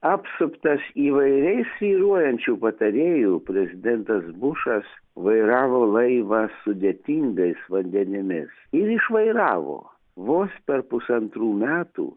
apsuptas įvairiai svyruojančių patarėjų prezidentas bušas vairavo laivą sudėtingais vandenimis ir išvairavo vos per pusantrų metų